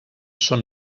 són